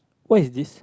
what is this